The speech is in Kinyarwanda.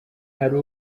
hari